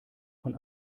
von